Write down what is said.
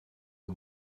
you